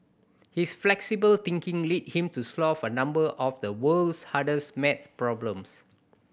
his flexible thinking led him to solve a number of the world's hardest maths problems